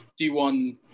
d1